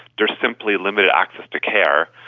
there is simply limited access to care.